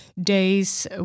days